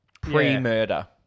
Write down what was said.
pre-murder